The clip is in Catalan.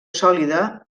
sòlida